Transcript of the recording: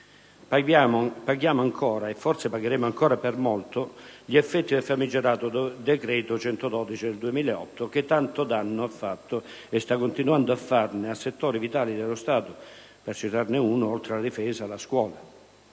Paghiamo ancora, e forse pagheremo per molto, gli effetti del famigerato decreto-legge n. 112 del 2008, che tanto danno ha fatto e sta continuando a fare a settori vitali dello Stato: ad esempio, per citarne uno, alla scuola,